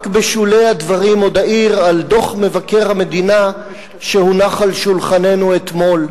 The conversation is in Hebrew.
רק בשולי הדברים נעיר על דוח מבקר המדינה שהונח על שולחננו אתמול.